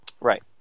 Right